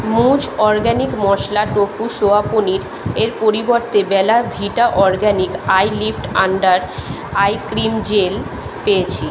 মুজ organic মশলা tofu soya paneer এর পরিবর্তে Bella Vita organic eye lift under eye cream gel পেয়েছি